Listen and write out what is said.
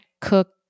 cook